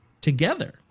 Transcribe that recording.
together